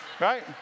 Right